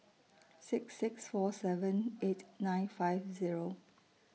six six four seven eight nine five Zero